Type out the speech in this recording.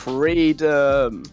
Freedom